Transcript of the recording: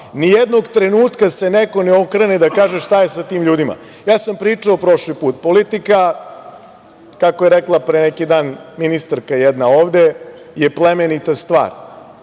Ni jednog trenutka se neko ne okrene da kaže – šta je sa tim ljudima? Ja sam pričao prošli put, politika, kako je rekla, pre neki dan, ministarka jedna ovde, je plemenita stvar.